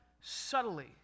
subtly